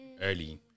early